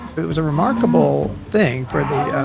it was a remarkable thing for the